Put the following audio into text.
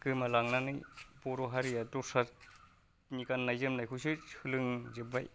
गोमालांनानै बर' हारिया दस्रानि गान्नाय जोमनायखौसो सोलोंजोबबाय